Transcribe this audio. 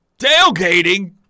Tailgating